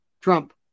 Trump